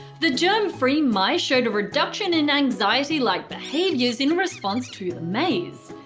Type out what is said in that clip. the germ-free mice showed a reduction in anxiety-like behaviors in response to the maze.